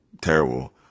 terrible